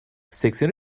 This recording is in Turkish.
seksen